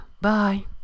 Bye